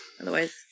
otherwise